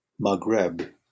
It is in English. Maghreb